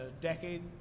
decade